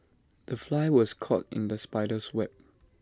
the fly was caught in the spider's web